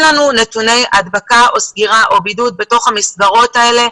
לנו נתוני הדבקה או סגירה או בידוד בתוך המסגרות האלה.